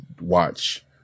watch